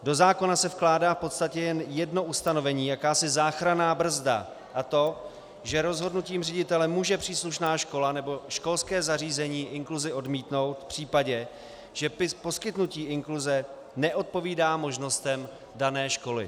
Do zákona se vkládá v podstatě jen jedno ustanovení, jakási záchranná brzda, a to že rozhodnutím ředitele může příslušná škola nebo školské zařízení inkluzi odmítnout v případě, že poskytnutí inkluze nedopovídá možnostem dané školy.